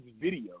video